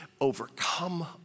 overcome